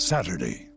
Saturday